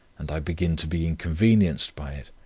and i begin to be inconvenienced by it,